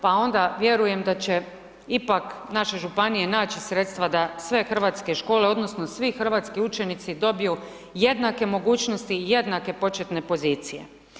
Pa onda vjerujem da će ipak naše županije naći sredstva da sve hrvatske škole odnosno svi hrvatski učenici dobiju jednake mogućnosti i jednake početne pozicije.